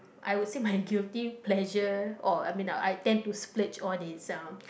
I will say my guilty pleasure or I mean I tend to splurge on itself